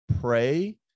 Pray